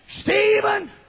Stephen